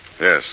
Yes